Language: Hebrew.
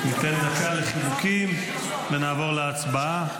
אתן דקה לחיבוקים, ונעבור להצבעה.